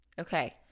okay